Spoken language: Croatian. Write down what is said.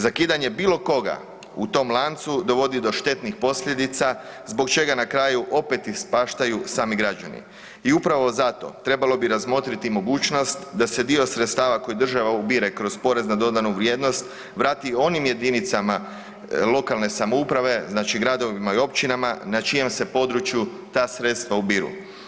Zakidanje bilo koga u tom lancu dovodi do štetnih posljedica zbog čega na kraju opet ispaštaju sami građani i upravo zato trebalo bi razmotriti mogućnost da se dio sredstava koji država ubire kroz porez na dodanu vrijednost vrati onim jedinicama lokalne samouprave znači gradovima i općinama na čijem se području ta sredstava ubiru.